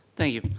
thank you.